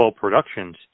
Productions